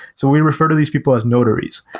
so we refer to these people as notaries.